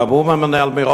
שהוא גם הממונה על מירון,